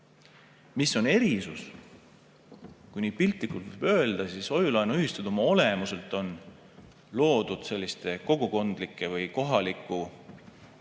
Mis on erisus? Kui piltlikult öelda, siis hoiu-laenuühistud on oma olemuselt loodud selliste kogukondlike või kohaliku kogukonna